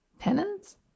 tenants